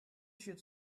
should